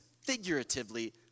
figuratively